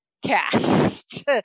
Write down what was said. Cast